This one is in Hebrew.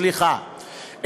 סליחה,